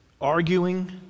Arguing